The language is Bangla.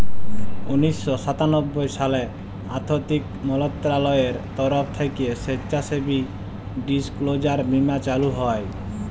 উনিশ শ সাতানব্বই সালে আথ্থিক মলত্রলালয়ের তরফ থ্যাইকে স্বেচ্ছাসেবী ডিসক্লোজার বীমা চালু হয়